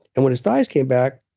and when his thighs came back,